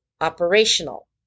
operational